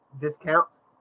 discounts